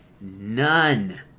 None